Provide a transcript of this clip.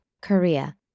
Korea